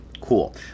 cool